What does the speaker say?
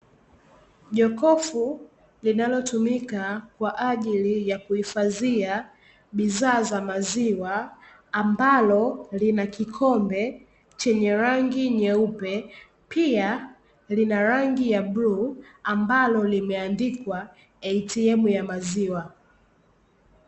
Jokofu linalotumika kwa ajili ya kuhifadhia bidhaa za maziwa ambalo lina kikombe chenye rangi nyeupe, pia lina rangi ya bluu ambalo limeandikwa "ATM" ya maziwa.